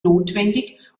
notwendig